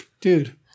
dude